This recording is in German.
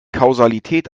kausalität